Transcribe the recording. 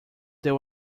there